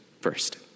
first